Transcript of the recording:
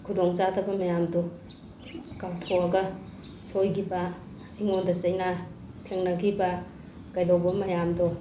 ꯈꯨꯗꯣꯡ ꯆꯥꯗꯕ ꯃꯌꯥꯝꯗꯣ ꯀꯥꯎꯊꯣꯛꯑꯒ ꯁꯣꯏꯈꯤꯕ ꯑꯩꯉꯣꯟꯗ ꯆꯩꯅꯥ ꯊꯦꯡꯅꯈꯤꯕ ꯀꯩꯗꯧꯕ ꯃꯌꯥꯝꯗꯣ